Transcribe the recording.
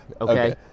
Okay